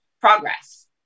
progress